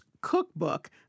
cookbook